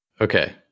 Okay